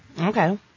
Okay